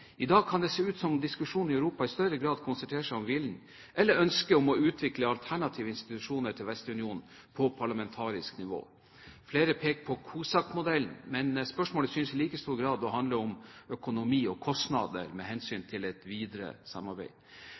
I dag kan det se ut som om diskusjonen i Europa i større grad konsentrerer seg om viljen til eller ønsket om å utvikle alternative institusjoner til Vestunionen på parlamentarisk nivå. Flere har pekt på COSAC-modellen, men spørsmålet synes i like stor grad å handle om økonomi og kostnader med hensyn til et videre samarbeid.